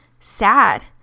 sad